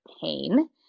pain